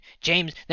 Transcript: james